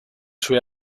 sue